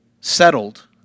settled